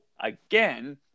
Again